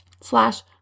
slash